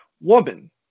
woman